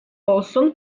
olsun